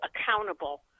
accountable